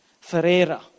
Ferreira